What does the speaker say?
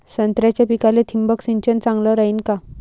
संत्र्याच्या पिकाले थिंबक सिंचन चांगलं रायीन का?